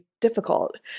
difficult